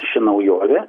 ši naujovė